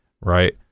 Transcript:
right